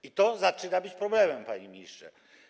I to zaczyna być problemem, panie ministrze.